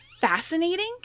fascinating